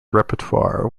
repertoire